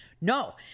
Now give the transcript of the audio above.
No